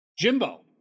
Jimbo